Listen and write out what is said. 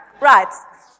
Right